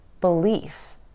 belief